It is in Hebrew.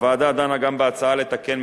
הוועדה דנה גם בהצעה לתקן,